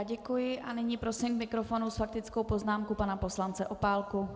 Děkuji a nyní prosím k mikrofonu s faktickou poznámkou pana poslance Opálku.